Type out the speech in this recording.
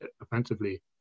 offensively